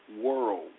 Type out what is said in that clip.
world